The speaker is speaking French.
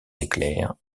éclairs